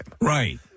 Right